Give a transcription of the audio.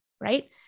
right